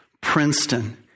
Princeton